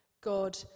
God